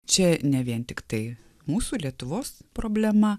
čia ne vien tiktai mūsų lietuvos problema